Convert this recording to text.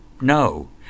no